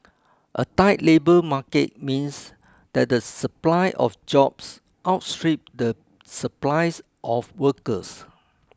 a tight labour market means that the supply of jobs outstrip the supplies of workers